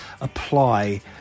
apply